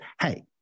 Hey